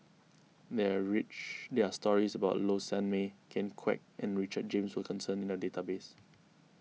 may are rich there are stories about Low Sanmay Ken Kwek and Richard James Wilkinson in the database